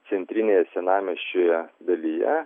centrinėje senamiesčio jo dalyje